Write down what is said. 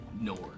Nord